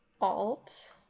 Alt